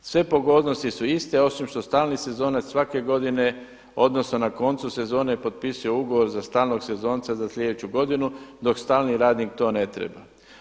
Sve pogodnosti su iste, osim što stalni sezonac svake godine odnosno na koncu sezone potpisuje ugovor za stalnog sezonca za sljedeću godinu, dok stalni radnik to ne treba.